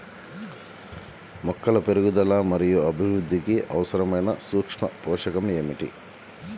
మొక్కల పెరుగుదల మరియు అభివృద్ధికి అవసరమైన సూక్ష్మ పోషకం ఏమిటి?